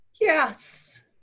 Yes